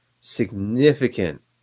significant